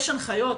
יש הנחיות